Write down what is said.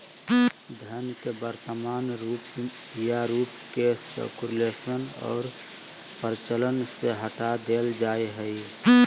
धन के वर्तमान रूप या रूप के सर्कुलेशन और प्रचलन से हटा देल जा हइ